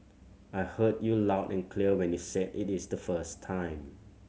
I heard you loud and clear when you said it is the first time